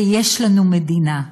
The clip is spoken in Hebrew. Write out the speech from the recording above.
ויש לנו מדינה.